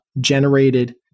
generated